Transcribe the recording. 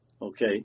Okay